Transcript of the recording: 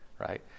right